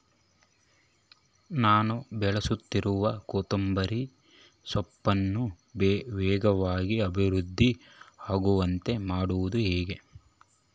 ನಾನು ಬೆಳೆಸುತ್ತಿರುವ ಕೊತ್ತಂಬರಿ ಸೊಪ್ಪನ್ನು ವೇಗವಾಗಿ ಅಭಿವೃದ್ಧಿ ಆಗುವಂತೆ ಮಾಡುವುದು ಹೇಗೆ?